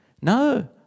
No